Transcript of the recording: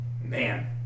Man